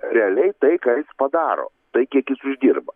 realiai tai ką jis padaro tai kiek jis uždirba